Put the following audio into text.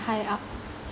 high up